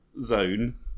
zone